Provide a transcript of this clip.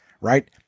right